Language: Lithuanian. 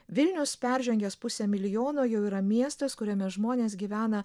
vilnius peržengęs pusę milijono jau yra miestas kuriame žmonės gyvena